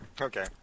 Okay